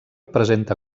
presenta